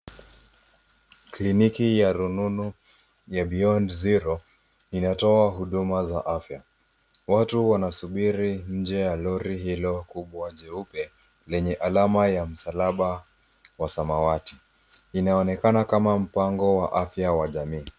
Kliniki ya rununu ya beyond zero inatoa huduma za afya watu wana subiri nje ya lori hilo kubwa jeupe lenye alama ya msalaba wa samawati inaonekana kama mpango wa afya wa jamii.